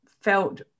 felt